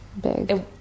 big